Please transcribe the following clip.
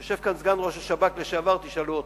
יושב כאן סגן ראש השב"כ לשעבר, תשאלו אותו,